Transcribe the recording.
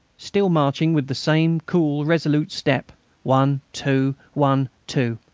still marching with the same cool, resolute step one, two one, two.